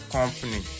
Company